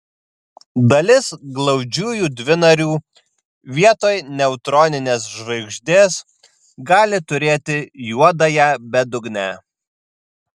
dalis glaudžiųjų dvinarių vietoj neutroninės žvaigždės gali turėti juodąją bedugnę